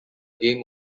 game